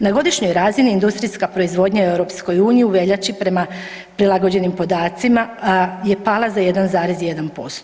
Na godišnjoj razini, industrijska proizvodnja u EU u veljači prema prilagođenim podacima je pala 1,1%